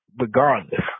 regardless